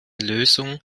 lösung